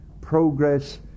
progress